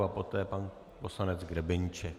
A poté pan poslanec Grebeníček.